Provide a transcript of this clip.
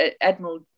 Admiral